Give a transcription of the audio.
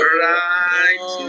right